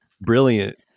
brilliant